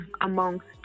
amongst